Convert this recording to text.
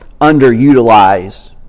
underutilized